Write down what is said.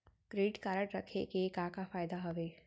Credit card रखे के का का फायदा हवे?